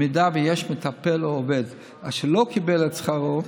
אם יש מטפל או עובד אשר לא קיבל את שכרו,